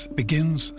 begins